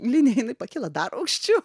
linija jinai pakyla dar aukščiau